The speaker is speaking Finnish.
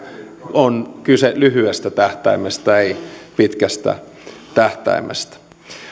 on kyse lyhyestä tähtäimestä ei pitkästä tähtäimestä